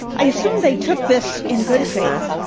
i assume they took this in good faith,